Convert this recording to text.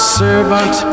servant